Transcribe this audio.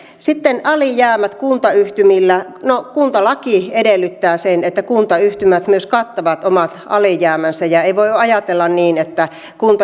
sitten alijäämät kuntayhtymillä no kuntalaki edellyttää sen että kuntayhtymät myös kattavat omat alijäämänsä ja ei voi ajatella niin että